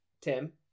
Tim